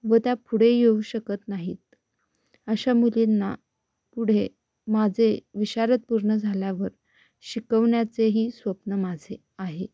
व त्या पुढे येऊ शकत नाहीत अशा मुलींना पुढे माझे विशारद पूर्ण झाल्यावर शिकवण्याचेही स्वप्न माझे आहे